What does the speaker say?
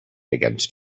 against